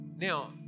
Now